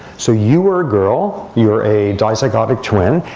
so you were a girl. you're a dizygotic twin.